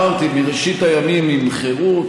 אמרתי: מראשית הימים עם חרות